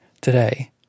today